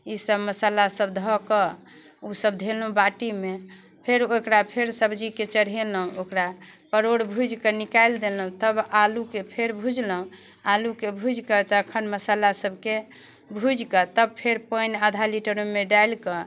ईसब मसल्लासब धऽ कऽ ओसब धेलहुँ बाटीमे फेर ओकरा फेर सब्जीके चढ़ेलहुँ ओकरा परोड़ भुजिके निकालि देलहुँ तब आलूके फेर भुजलहुँ आलूके भुजिके तखन मसल्लासब भुजिके तब फेर पानि आधा लीटर ओहिमे डालिकऽ